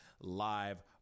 live